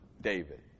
David